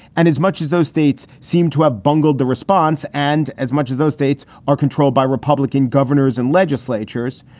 and as much as those states seem to have bungled the response. and as much as those states are controlled by republican governors and legislatures,